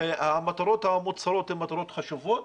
המטרות המוצהרות הן מטרות חשובות,